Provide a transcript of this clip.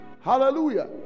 Hallelujah